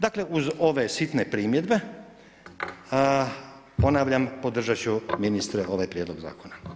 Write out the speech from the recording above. Dakle uz ove sitne primjedbe, ponavljam podržat ću ministre ovaj prijedlog zakona.